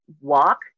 walk